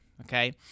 Okay